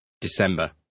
December